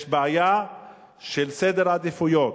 יש בעיה של סדר עדיפויות,